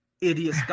idiot